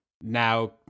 now